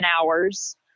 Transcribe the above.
hours